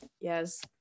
Yes